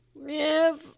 Yes